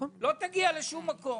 אתה לא תגיע לשום מקום.